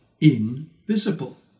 invisible